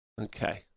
okay